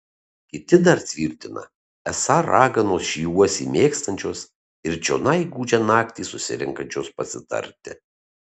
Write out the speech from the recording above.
kiti dar tvirtina esą raganos šį uosį mėgstančios ir čionai gūdžią naktį susirenkančios pasitarti